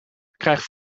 krijgt